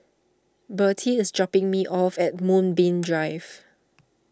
Birtie is dropping me off at Moonbeam Drive